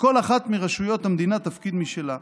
לכל אחת מרשויות המדינה תפקיד משלה.